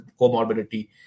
comorbidity